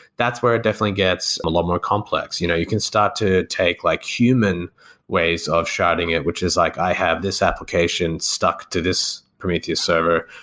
that's where it definitely gets a lot more complex. you know you can start to take like human ways of sharding it, which is like i have this application stuck to this prometheus server.